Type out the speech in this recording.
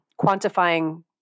quantifying